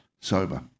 sober